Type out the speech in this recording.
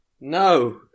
No